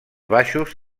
baixos